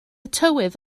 tywydd